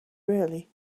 really